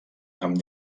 amb